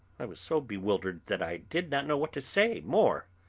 i was so bewildered that i did not know what to say more.